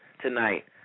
tonight